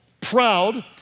proud